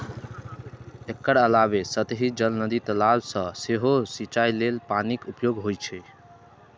एकर अलावे सतही जल, नदी, तालाब सं सेहो सिंचाइ लेल पानिक उपयोग होइ छै